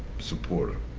support her.